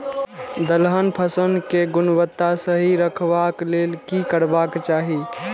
दलहन फसल केय गुणवत्ता सही रखवाक लेल की करबाक चाहि?